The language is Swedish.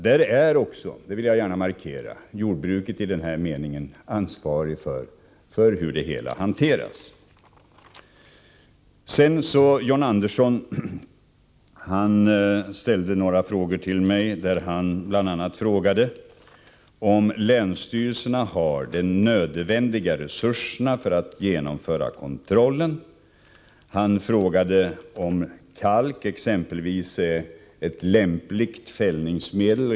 Jag vill markera att jordbruket i den här meningen är ansvarigt för hur det hela hanteras. John Andersson frågade mig bl.a. om länsstyrelserna har de nödvändiga resurserna för att genomföra kontrollen, och han frågade om exempelvis kalk är ett lämpligt fällningsmedel.